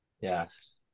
yes